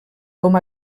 com